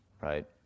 right